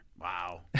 Wow